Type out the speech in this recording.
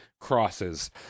crosses